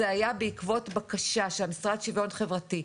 זה היה בעקבות בקשה של המשרד לשיווין חברתי,